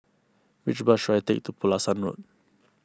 which bus should I take to Pulasan Road